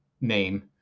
name